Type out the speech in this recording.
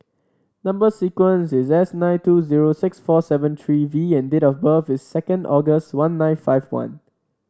number sequence is S nine two zero six four seven three V and date of birth is second August one nine five one